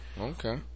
okay